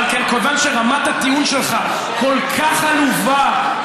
אבל מכיוון שרמת הטיעון שלך כל כך עלובה,